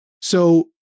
So-